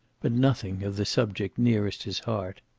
but nothing of the subject nearest his heart.